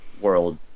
world